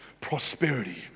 prosperity